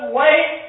wait